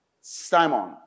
Simon